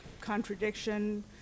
contradiction